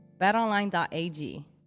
BetOnline.ag